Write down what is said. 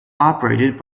operated